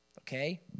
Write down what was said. Okay